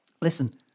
listen